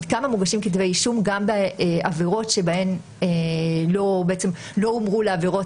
עד כמה מוגשים כתבי אישום גם בעבירות שלא הומרו לעבירות